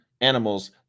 animals